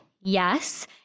yes